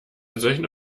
solchen